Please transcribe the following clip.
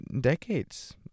decades